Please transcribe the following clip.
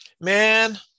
man